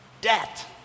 debt